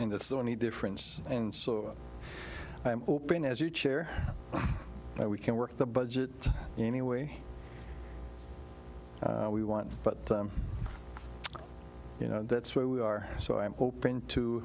and that's the only difference and so i'm hoping as you chair that we can work the budget any way we want but you know that's where we are so i'm hoping to